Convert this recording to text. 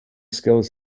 skills